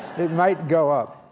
it might go up.